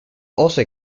also